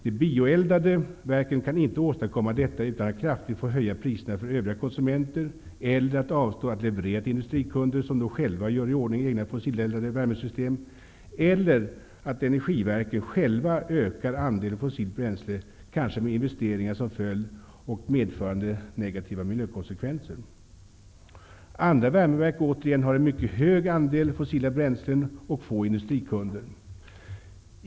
De bioeldade verken kan inte åstadkomma detta utan att kraftigt höja priserna för övriga konsumenter, eller att avstå från att leverera till industrikunder, som då själva gör i ordning egna fossileldade värmesystem, eller att energiverken själva ökar andelen fossilt bränsle, kanske med investeringar som följd och medförande negativa miljökonsekvenser. Andra värmeverk har en mycket hög andel fossila bränslen och få industrikunder.